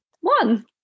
one